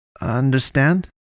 Understand